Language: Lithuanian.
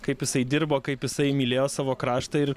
kaip jisai dirbo kaip jisai mylėjo savo kraštą ir